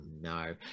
no